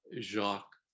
Jacques